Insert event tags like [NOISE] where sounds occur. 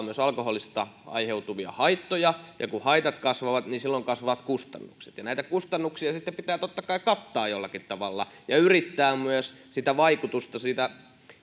[UNINTELLIGIBLE] myös alkoholista aiheutuvia haittoja ja kun haitat kasvavat niin silloin kasvavat kustannukset näitä kustannuksia sitten pitää totta kai kattaa jollakin tavalla ja yrittää myös sitä vaikutusta siitä